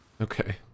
Okay